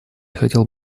хотел